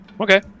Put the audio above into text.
Okay